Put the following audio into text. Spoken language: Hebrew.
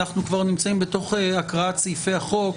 אנחנו כבר נמצאים בתוך הקראת סעיפי החוק,